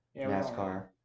NASCAR